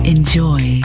Enjoy